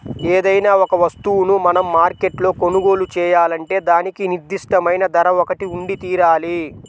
ఏదైనా ఒక వస్తువును మనం మార్కెట్లో కొనుగోలు చేయాలంటే దానికి నిర్దిష్టమైన ధర ఒకటి ఉండితీరాలి